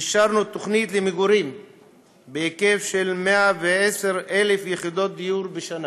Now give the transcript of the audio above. אישרנו תוכנית למגורים בהיקף של 110,000 יחידות דיור בשנה,